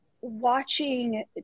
watching